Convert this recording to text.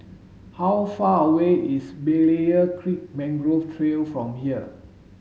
how far away is Berlayer Creek Mangrove Trail from here